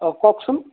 অঁ কওকচোন